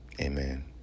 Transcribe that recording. Amen